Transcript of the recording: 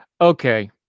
Okay